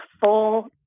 full